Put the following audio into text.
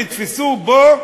נתפסו בו,